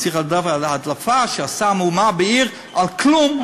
אז צריך לדבר על הדלפה שעשתה מהומה בעיר על כלום,